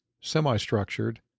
semi-structured